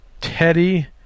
Teddy